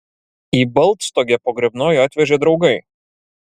į baltstogę pogrebnojų atvežė draugai